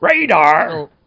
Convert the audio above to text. Radar